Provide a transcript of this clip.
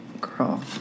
Girl